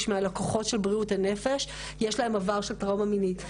מלקוחות בריאות הנפש - הם עם עבר של טראומה מינית.